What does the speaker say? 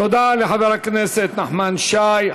תודה לחבר הכנסת נחמן שי.